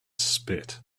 spit